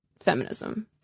feminism